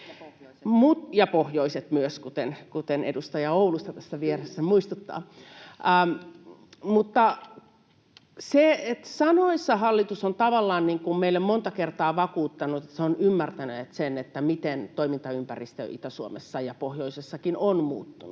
Ja pohjoiset myös, kuten edustaja Oulusta tässä vieressä muistuttaa. Sanoissa hallitus on tavallaan meille monta kertaa vakuuttanut, että he ovat ymmärtäneet, miten toimintaympäristö Itä-Suomessa ja pohjoisessa on muuttunut,